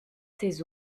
ses